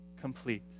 complete